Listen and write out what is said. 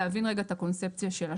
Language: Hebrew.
להבין רגע את הקונספציה שלה.